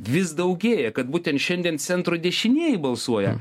vis daugėja kad būtent šiandien centro dešinieji balsuoja